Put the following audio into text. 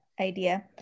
idea